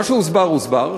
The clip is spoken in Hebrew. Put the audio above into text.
מה שהוסבר הוסבר,